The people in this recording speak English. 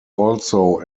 also